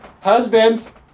husbands